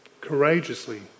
courageously